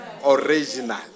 original